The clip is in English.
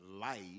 life